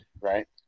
right